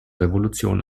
revolution